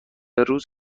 روز